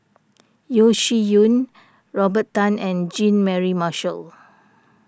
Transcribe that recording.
Yeo Shih Yun Robert Tan and Jean Mary Marshall